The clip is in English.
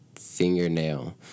Fingernail